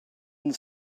and